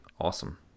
awesome